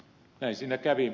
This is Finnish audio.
näin siinä kävi